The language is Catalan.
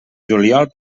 juliol